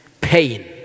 pain